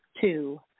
Two